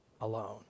alone